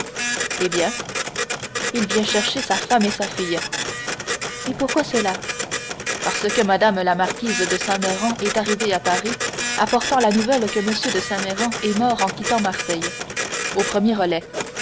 eh bien il vient chercher sa femme et sa fille et pourquoi cela parce que mme la marquise de saint méran est arrivée à paris apportant la nouvelle que m de saint méran est mort en quittant marseille au premier relais